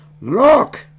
Look